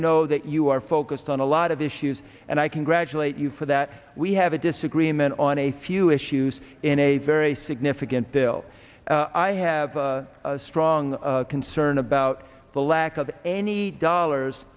know that you are focused on a lot of issues and i congratulate you for that we have a disagreement on a few issues in a very significant bill i have a strong concern about the lack of any dollars